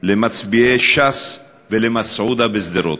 למצביעי ש"ס ולמסעודה בשדרות.